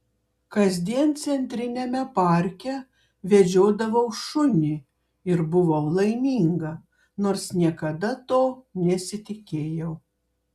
kasdien centriniame parke vedžiodavau šunį ir buvau laiminga nors niekada to nesitikėjau